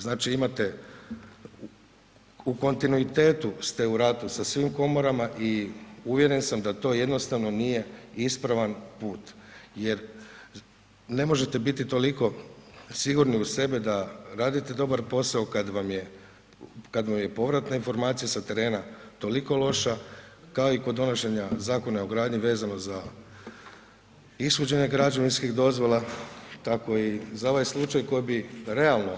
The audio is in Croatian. Znači imate, u kontinuitetu ste u ratu sa svim komorama i uvjeren sam da to jednostavno nije ispravan put jer ne možete biti toliko sigurni u sebe da radite dobar posao kad vam je povratna informacija sa terena tolika loša kao i kod donošenja Zakon o gradnji vezano za ishođenje građevinskih dozvola, tako i za ovaj slučaj koji bi realno